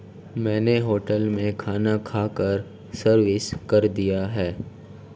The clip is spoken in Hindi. मैंने होटल में खाना खाकर सर्विस कर दिया है